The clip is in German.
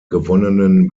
gewonnenen